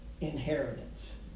inheritance